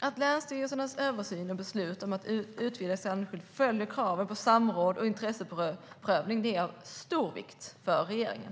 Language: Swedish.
Att länsstyrelsernas översyn och beslut om utvidgat strandskydd följer kraven på samråd och intresseprövning är av stor vikt för regeringen.